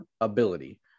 ability